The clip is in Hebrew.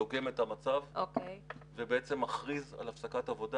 דוגם את המצב ובעצם מכריז על הפסקת עבודה.